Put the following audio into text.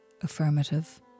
affirmative